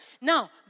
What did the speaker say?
Now